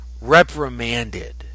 reprimanded